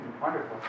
Wonderful